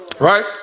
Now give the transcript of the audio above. Right